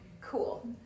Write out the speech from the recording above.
cool